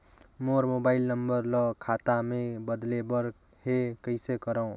मोर mobile number ल खाता मे बदले बर हे कइसे करव?